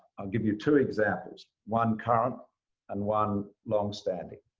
i'll give you two examples, one current and one longstanding.